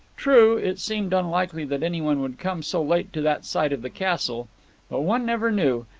true, it seemed unlikely that anyone would come so late to that side of the castle but one never knew,